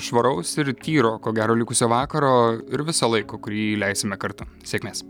švaraus ir tyro ko gero likusio vakaro ir viso laiko kurį leisime kartu sėkmės